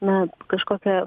na kažkokia